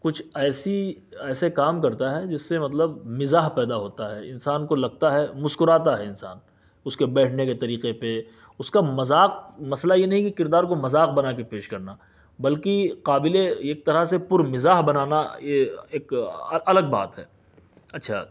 کچھ ایسی ایسے کام کرتا ہے جس سے مطلب مزاح پیدا ہوتا ہے انسان کو لگتا ہے مسکراتا ہے انسان اس کے بیٹھنے کے طریقے پہ اس کا مذاق مسئلہ یہ نہیں ہے کہ کردار کو مذاق بنانے کے پیش کرنا بلکہ قابل ایک طرح سے پُرمزاح بنانا یہ ایک الگ بات ہے اچھا